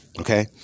Okay